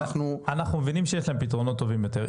אנחנו מבינים שיש להם פתרונות טובים יותר.